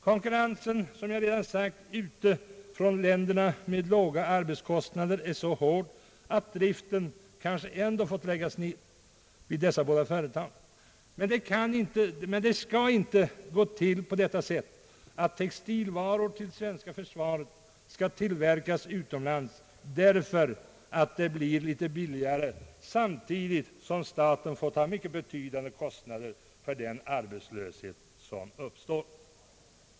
Konkurrensen från länderna med låga arbetskostnader är så hård att driften kanske ändå fått läggas ned. Men det skall inte gå till på det sättet, att textilvaror till svenska försvaret skall tillverkas utomlands därför att det blir litet billigare, samtidigt som staten får ta mycket betydande kostnader för den arbetslöshet som uppstår.